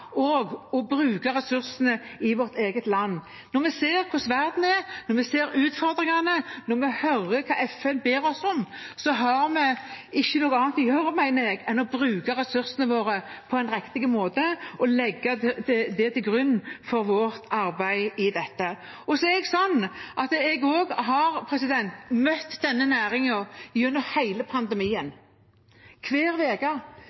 å bruke ressursene i vårt eget land. Når vi ser hvordan verden er, når vi ser utfordringene, når vi hører hva FN ber oss om, har vi ikke noe annet å gjøre, mener jeg, enn å bruke ressursene våre på en riktig måte og legge det til grunn for vårt arbeid i dette. Jeg har møtt denne næringen gjennom hele pandemien, hver uke. Det er en næring som har